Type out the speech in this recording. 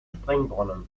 springbrunnen